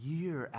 year